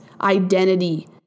identity